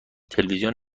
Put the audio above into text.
تلویزیون